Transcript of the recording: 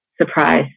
surprise